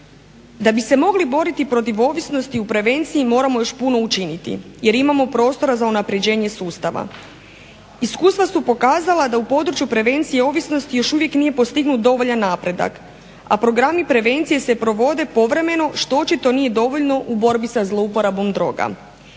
Da bi se mogli boriti protiv ovisnosti u prevenciji moramo još puno učiniti jer imamo prostora za unapređenje sustava. Iskustva su pokazala da u području prevencije ovisnosti još uvijek nije postignut dovoljan napredak, a programi prevencije se provode povremeno što očito nije dovoljno u borbi sa zlouporabom drogom.